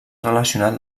relacionat